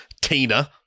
Tina